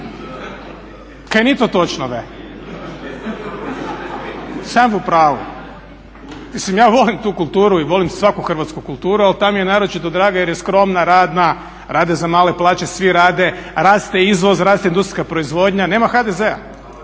Kaj nije to točno ve? Sam vu pravu. Mislim ja volim tu kulturu i volim svaku hrvatsku kulturu a li ta mi je naročito draga jer je skromna, radna, rade za male plaće, svi rade, raste izvoz, raste industrijska proizvodnja, nema HDZ-a,